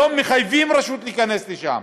היום מחייבים רשות להיכנס לשם,